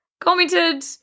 commented